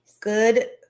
good